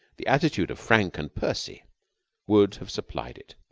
the attitude of frank and percy would have supplied it.